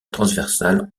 transversale